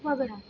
वगळा